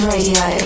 Radio